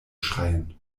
schreien